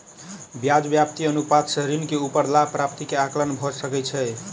ब्याज व्याप्ति अनुपात सॅ ऋण के ऊपर लाभ प्राप्ति के आंकलन भ सकै छै